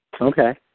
Okay